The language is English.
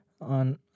on